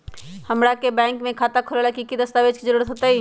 हमरा के बैंक में खाता खोलबाबे ला की की दस्तावेज के जरूरत होतई?